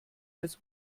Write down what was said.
als